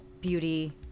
beauty